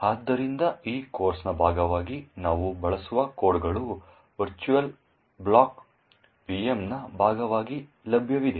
ಆದ್ದರಿಂದ ಈ ಕೋರ್ಸ್ನ ಭಾಗವಾಗಿ ನಾವು ಬಳಸುವ ಕೋಡ್ಗಳು ವರ್ಚುವಲ್ ಬಾಕ್ಸ್ VM ನ ಭಾಗವಾಗಿ ಲಭ್ಯವಿದೆ